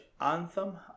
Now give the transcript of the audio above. Anthem